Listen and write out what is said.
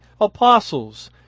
apostles